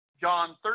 John